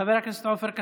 חבר הכנסת עופר כסיף,